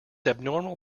abnormal